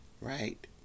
right